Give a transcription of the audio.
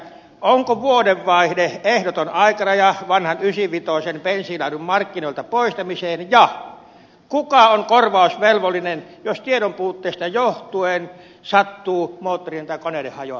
onko vuodenvaihde ehdoton aikaraja vanhan ysivitosen bensiinilaadun markkinoilta poistamiseen ja kuka on korvausvelvollinen jos tiedonpuutteesta johtuen sattuu moottorien tai koneiden hajoamisia